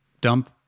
Dump